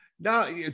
Now